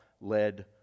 led